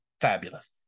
fabulous